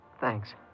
Thanks